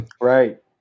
Right